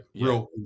Real